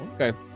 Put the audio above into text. Okay